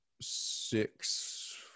six